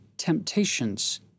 Temptations